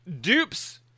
dupes